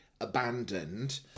abandoned